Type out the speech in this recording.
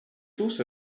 also